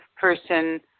person